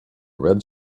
red